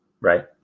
Right